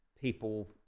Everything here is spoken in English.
people